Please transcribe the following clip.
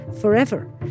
forever